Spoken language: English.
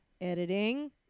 editing